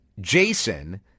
jason